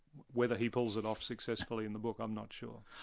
whether he pulls it off successfully in the book, i'm not sure.